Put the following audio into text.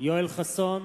יואל חסון,